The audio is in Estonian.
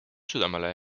südamele